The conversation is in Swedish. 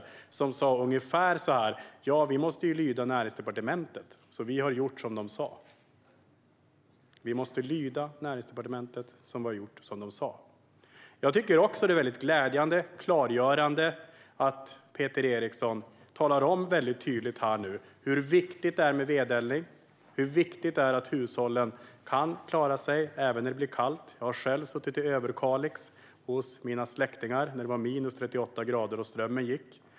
Företrädaren sa ungefär så här: Ja, vi måste lyda Näringsdepartementet, så vi har gjort som de sa. Jag tycker att det är väldigt glädjande och klargörande att Peter Eriksson nu tydligt talar om hur viktigt det är med vedeldning och hur viktigt det är att hushållen kan klara sig även när det blir kallt. Jag har själv suttit hos mina släktingar i Överkalix när det var minus 38 grader och strömmen gick.